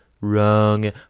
wrong